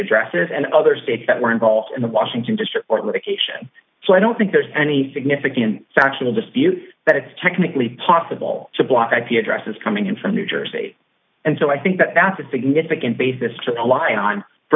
addresses and other states that were involved in the washington district court medication so i don't think there's any significant factual dispute that it's technically possible to block ip addresses coming in from new jersey and so i think that that's a significant basis to rely on for